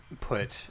put